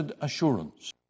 assurance